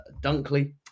Dunkley